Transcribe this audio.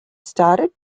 started